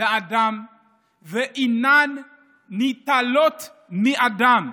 לאדם ואינן ניטלות מאדם.